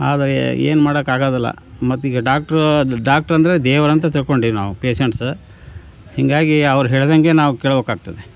ಆದರೆ ಏನೂ ಮಾಡಕ್ಕೆ ಆಗೋದಿಲ್ಲ ಮತ್ತೀಗ ಡಾಕ್ಟ್ರು ಡಾಕ್ಟರಂದರೆ ದೇವರು ಅಂತ ತಿಳ್ಕೊಂಡೀವಿ ನಾವು ಪೇಶಂಟ್ಸ ಹೀಗಾಗಿ ಅವ್ರು ಹೇಳಿದಂಗೆ ನಾವು ಕೇಳಬೇಕಾಗ್ತದೆ